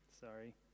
Sorry